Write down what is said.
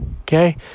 Okay